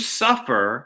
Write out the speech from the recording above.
suffer